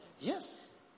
Yes